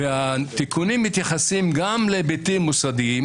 והתיקונים מתייחסים גם להיבטים מוסדיים,